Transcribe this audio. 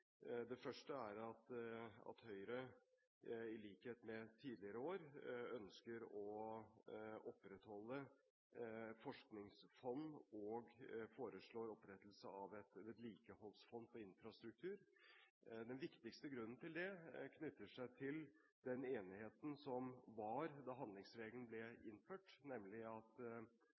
Det første er at Høyre – i likhet med tidligere år – ønsker å opprettholde forskningsfond og foreslår opprettelse av et vedlikeholdsfond for infrastruktur. Den viktigste grunnen til det knytter seg til den enigheten som var da handlingsregelen ble innført, nemlig at